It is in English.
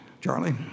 Charlie